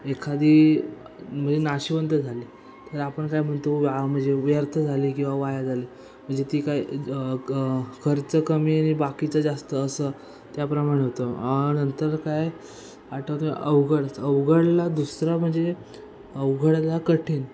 एखादी म्हणजे नाशिवंत झाली तर आपण काय म्हणतो व्या म्हणजे व्यर्थ झाली किंवा वाया झाली म्हणजे ती काय खर्च कमी आणि बाकीचं जास्त असं त्याप्रमाणे होतं नंतर काय आठवतं अवघड अवघडला दुसरा म्हणजे अवघडला कठीण